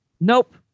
Nope